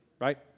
right